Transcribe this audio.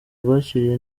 rwakiriye